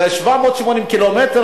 780 קילומטר,